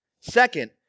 Second